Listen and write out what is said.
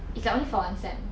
is like only for one sem